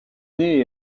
née